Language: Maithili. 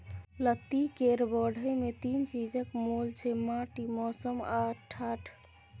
लत्ती केर बढ़य मे तीन चीजक मोल छै माटि, मौसम आ ढाठ